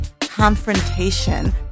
confrontation